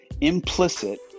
Implicit